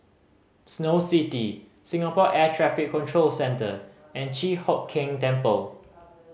Snow City Singapore Air Traffic Control Centre and Chi Hock Keng Temple